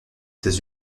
états